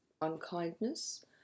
unkindness